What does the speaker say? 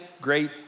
great